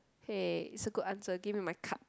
hey it's a good answer give me my card